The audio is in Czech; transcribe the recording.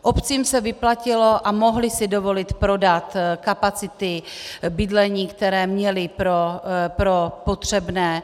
Obcím se vyplatilo, a mohly si dovolit prodat kapacity bydlení, které měly pro potřebné.